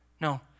No